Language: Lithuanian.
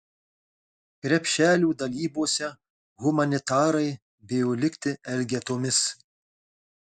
krepšelių dalybose humanitarai bijo likti elgetomis